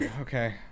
okay